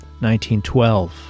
1912